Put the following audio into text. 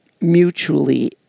mutually